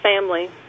family